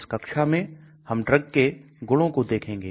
इस कक्षा में हम ड्रग के गुणों को देखेंगे